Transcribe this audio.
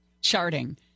Charting